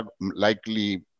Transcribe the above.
likely